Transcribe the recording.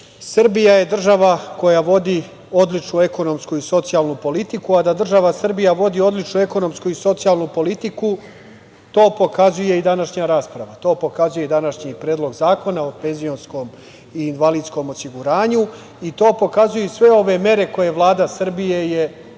Srbija je država koja vodi odličnu ekonomsku i socijalnu politiku. Da država Srbija vodi odličnu ekonomsku i socijalnu politiku, to pokazuje i današnja rasprava, to pokazuje i današnji Predlog zakona o penzijskom i invalidskom osiguranju, a to pokazuju i sve ove mere koje je Vlada Srbije donela